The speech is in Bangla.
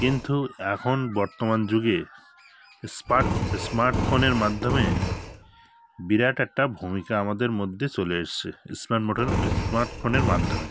কিন্তু এখন বর্তমান যুগে স্মার্ট স্মার্ট ফোনের মাধ্যমে বিরাট একটা ভূমিকা আমাদের মধ্যে চলে এসেছে স্মার্ট মোটের এ স্মার্ট ফোনের মাধ্যমে